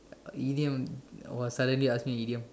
uh idiom !wah! suddenly ask me idiom